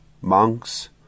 monks